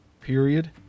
period